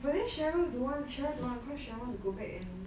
but then cheryl don't want cheryl don't want because cheryl want to go back and